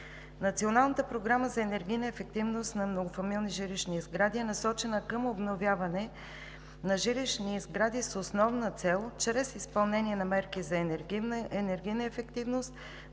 Националната програма за енергийна ефективност на многофамилни жилищни сгради е насочена към обновяване на жилищни сгради с основна цел чрез изпълнение на мерки за енергийна ефективност